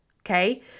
Okay